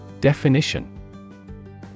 Definition